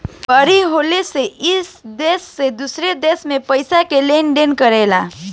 बड़ी हाली से ई देश से दोसरा देश मे पइसा के लेन देन करेला